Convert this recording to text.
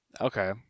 Okay